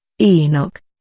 enoch